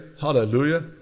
Hallelujah